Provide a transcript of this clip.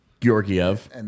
Georgiev